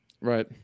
Right